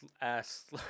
ass